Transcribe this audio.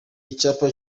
icyapa